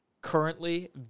currently